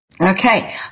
Okay